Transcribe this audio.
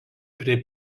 prie